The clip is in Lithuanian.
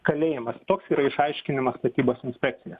kalėjimas toks yra išaiškinimas statybos inspekcijos